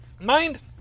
Mind